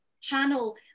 channel